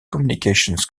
communications